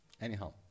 Anyhow